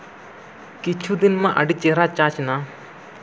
ᱠᱤᱪᱷᱩ ᱫᱤᱱ ᱢᱟ ᱟᱹᱰᱤ ᱪᱮᱦᱨᱟ ᱪᱟᱨᱪᱱᱟ